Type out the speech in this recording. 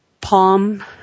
palm